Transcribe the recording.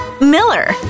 Miller